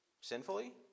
sinfully